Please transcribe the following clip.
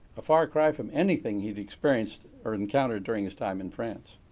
a far cry from anything he'd experienced or encountered during his time in france.